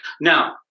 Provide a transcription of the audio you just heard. Now